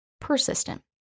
persistent